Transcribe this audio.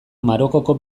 marokoko